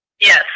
Yes